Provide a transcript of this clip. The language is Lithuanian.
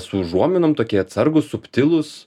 su užuominom tokie atsargūs subtilūs